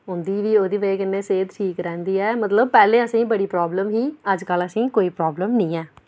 उं'दी बी ओहदी बजह कन्नै सेह्द ठीक रौंह्दी ऐ मतलब पैह्लें असेंगी बड़ी प्राब्लम ही अजकल असेंगी कोई प्राब्लम नेईं ऐ